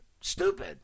stupid